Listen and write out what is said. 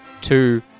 two